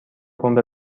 پمپ